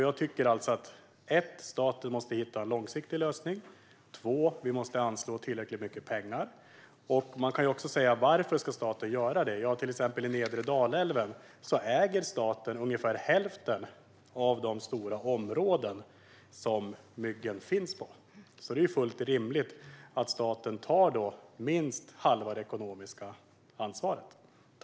Jag anser att staten måste hitta en långsiktig lösning och att vi måste anslå tillräckligt mycket pengar. Varför ska staten göra det? Till exempel vid nedre Dalälven äger staten nämligen ungefär hälften av de stora områden där myggen finns. Det är därför fullt rimligt att staten tar minst halva det ekonomiska ansvaret.